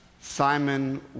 Simon